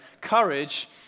Courage